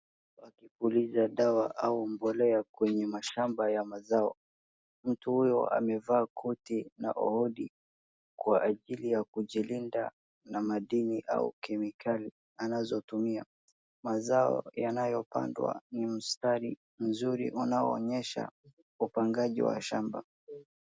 Wakipuuliza dawa au mbolea kwenye mashamba zao mtu huyu amevaa koti na hoodie kwa ajili ya kujikinga na madini au kemikali anazotumia, mazao yanayopandwa ni mstari mzuri unaoonyesha upangaji wa shamba.